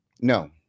No